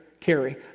carry